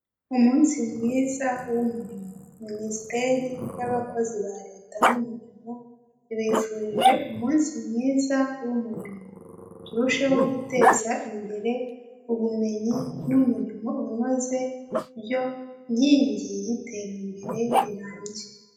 Umunsi mwiza w'umurimo, minisiteri y'abakozi ba leta n'umurimo tubifurije umunsi mwiza w'umurimo. Turusheho guteza imbere ubumenyi n'umurimo unoze byo nkingi y'iterambere rirambye.